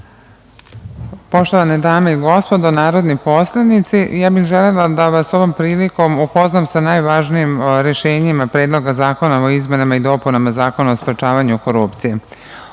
Poštovane dame i gospodo narodni poslanici, ja bih želela da vas ovom prilikom upoznam sa najvažnijim rešenjima Predloga zakona o izmenama i dopunama Zakona o sprečavanju korupcije. Ovaj